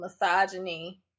misogyny